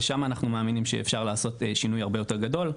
ושם אנחנו מאמינים שאפשר לעשות שינוי הרבה יותר גדול.